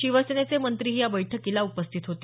शिवसेनेचे मंत्रीही या बैठकीला उपस्थित होते